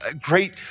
great